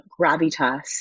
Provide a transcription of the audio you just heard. gravitas